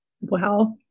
wow